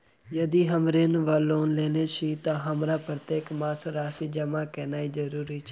यदि हम ऋण वा लोन लेने छी तऽ हमरा प्रत्येक मास राशि जमा केनैय जरूरी छै?